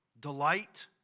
delight